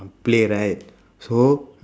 play right so